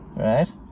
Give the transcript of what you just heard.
right